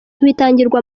bitangirwa